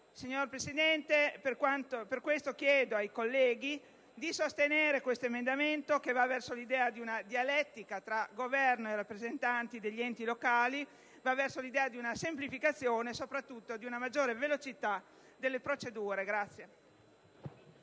signora Presidente, chiedo ai colleghi di sostenere questo emendamento, che va verso l'idea di una dialettica tra Governo e rappresentanti degli enti locali, di una semplificazione e soprattutto di una maggiore velocità delle procedure.